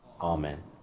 Amen